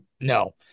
no